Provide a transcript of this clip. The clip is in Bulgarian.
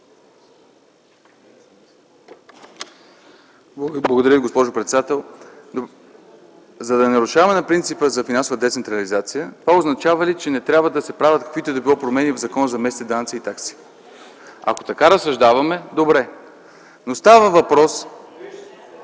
Благодаря, госпожо председател. За да не се нарушава принципът за финансова децентрализация, това означава ли, че не трябва да се правят каквито и да било промени в Закона за местните данъци и такси? Ако така разсъждаваме – добре. Но ако